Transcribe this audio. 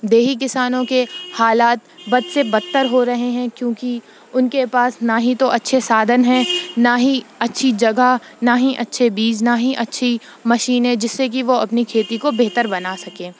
دیہی کسانوں کے حالات بد سے بدتر ہو رہے ہیں کیونکہ ان کے پاس نہ ہی تو اچھے سادھن ہیں نہ ہی اچھی جگہ نہ ہی اچھے بیج نہ اچھی مشینیں جس سے کہ وہ اپنی کھیتی کو بہتر بنا سکیں